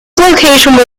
location